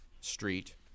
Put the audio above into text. Street